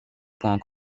points